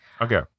Okay